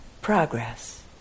progress